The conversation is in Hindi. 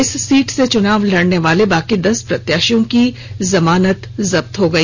इस सीट से चुनाव लड़ने वाले बाकी दस प्रत्याशियों की जमानत जब्त हो गई